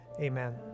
Amen